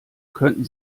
könnten